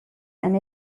and